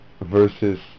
versus